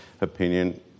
opinion